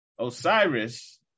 Osiris